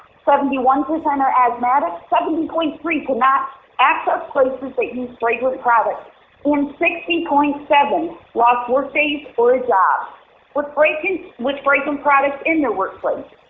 seventy one percent are asthmatic, seventy point three could not access places that use fragrant products and sixty point seven lost workdays for a job with breaking with breaking products in their workplace.